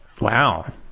Wow